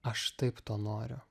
aš taip to noriu